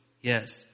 yes